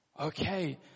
Okay